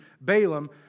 Balaam